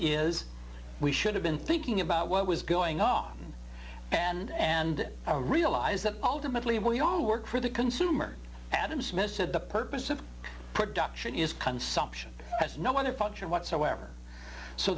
is we should have been thinking about what was going on and realize that ultimately we all work for the consumer adam smith said the purpose of production is consumption has no other function whatsoever so